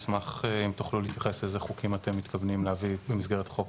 נשמח אם תוכלו להתייחס איזה חוקים אתם מתכוונים להביא במסגרת חוק